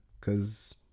cause